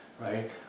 right